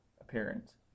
appearance